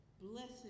Blessed